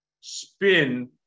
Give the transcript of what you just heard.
spin